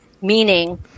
Meaning